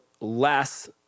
less